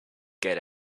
get